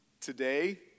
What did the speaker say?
today